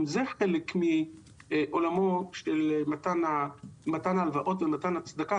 זה חלק מעולם מתן ההלוואות ומתן הצדקה,